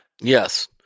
Yes